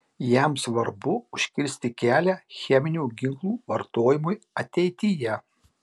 jam svarbu užkirsti kelią cheminių ginklų vartojimui ateityje